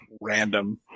random